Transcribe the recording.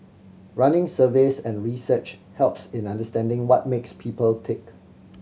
running surveys and research helps in understanding what makes people tick